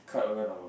cut around our